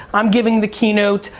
i'm giving the keynote.